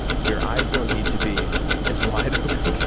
your eyes don't need to be as wide open.